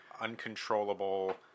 uncontrollable